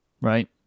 right